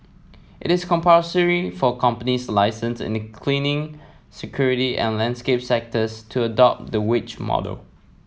it is compulsory for companies licensed in the cleaning security and landscape sectors to adopt the wage model